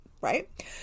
right